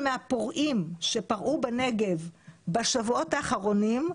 מהפורעים שפרעו בנגב בשבועות האחרונים